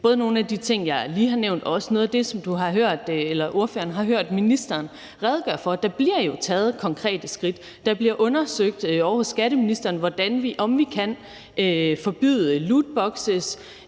nogle af de ting, jeg lige har nævnt, og også noget af det, som ordføreren har hørt ministeren redegøre for. Der bliver jo taget konkrete skridt. Det bliver undersøgt ovre hos skatteministeren, hvordan og om vi kan forbyde lootbokse.